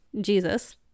jesus